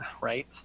Right